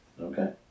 Okay